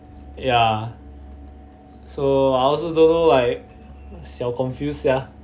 ya so I also don't know like 小 confused sia